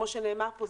כמו שנאמר פה,